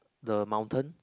the mountain